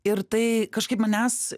ir tai kažkaip manęs